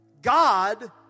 God